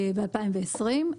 ב-2020.